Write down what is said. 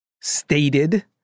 stated